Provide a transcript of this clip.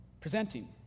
presenting